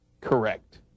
correct